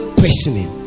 questioning